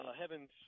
heaven's